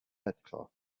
headcloth